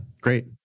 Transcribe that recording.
great